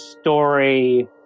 story